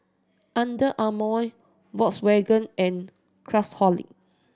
Under Armour Volkswagen and Craftholic